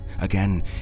Again